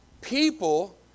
people